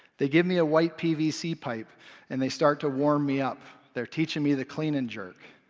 they give me a white pvc pipe and they start to warm me up. they're teaching me the clean and jerk.